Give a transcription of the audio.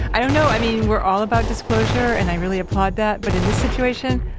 i don't know. i mean, we're all about disclosure and i really applaud that, but in this situation,